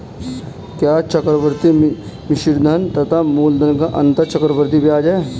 क्या चक्रवर्ती मिश्रधन तथा मूलधन का अंतर चक्रवृद्धि ब्याज है?